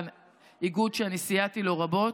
איגוד שאני סייעתי לו רבות.